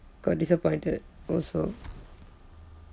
got disappointed also